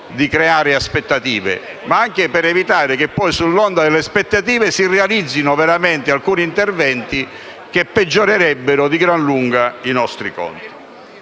di creare aspettative ma anche per evitare che poi, sull'onda delle aspettative, si realizzino veramente alcuni interventi che peggiorerebbero di gran lunga i nostri conti.